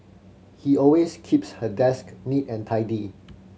she always keeps her desk neat and tidy